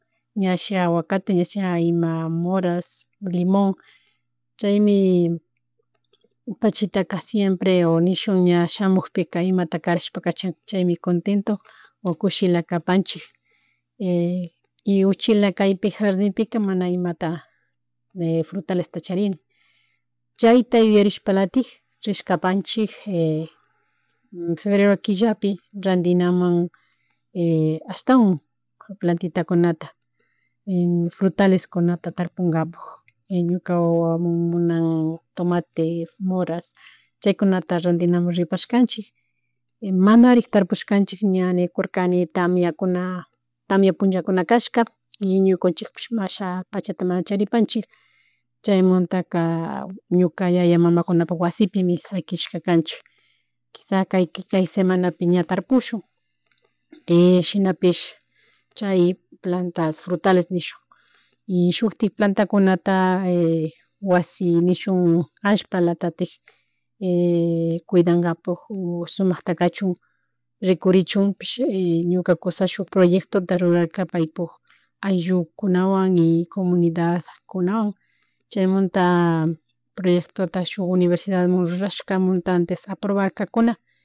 Ña asha aguacate, ima moras, limon, chaymi pachitaka siempre o nishun ña shamukpika imata carashpa kachan chaymi contento o kushila kapanchik y uchila kaypi jarndipika mana imata frutalesta charin chayta yuyarishpalatik rishkapanchik febrero killapi randinamun ashtawan, plantitakunata, frutaleskunata tarpungapuk ñuka wawamun munan tomate, moras, chaykunata randinamun ripashkanchik, manarik tarpushkanchik ña nikurkani tamiakuna, tamia punllakunashka y ñukunchikpish asha mana pachata mana charipanchik chaymuntaka ñuka yaya, mamakunapuk wasipimi shakishka kanchik, kisha kay semapi ña tarpshun y shinapish chay plantas frutales nishun y shutik plantaskunata wasi nishun allpalatatik cuidangapak o sumakta kachun o rikurinchukpi. Ñuka cusa shuk poryectota ruraka paypuk ayllukunawan y comunidadkunawan chaymunta proyectota shuk universidadmun rurashkamunta antes aprovarkakuna.